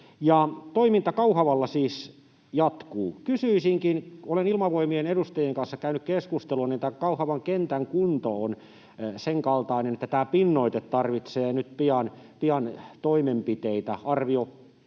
toiminta Kauhavalla siis jatkuu. Kun olen Ilmavoimien edustajien kanssa käynyt keskustelua, niin tämän Kauhavan kentän kunto on senkaltainen, että tämä pinnoite tarvitsee nyt pian toimenpiteitä.